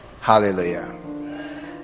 hallelujah